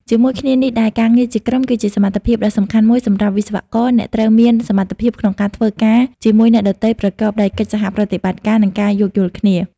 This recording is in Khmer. ជាមួយគ្នានេះដែរការងារជាក្រុម គឺជាសមត្ថភាពដ៏សំខាន់មួយសម្រាប់វិស្វករ អ្នកត្រូវមាន សមត្ថភាពក្នុងការធ្វើការជាមួយអ្នកដទៃប្រកបដោយកិច្ចសហប្រតិបត្តិការ និងការយោគយល់គ្នា។